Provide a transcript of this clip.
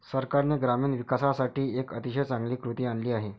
सरकारने ग्रामीण विकासासाठी एक अतिशय चांगली कृती आणली आहे